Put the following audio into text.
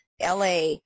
LA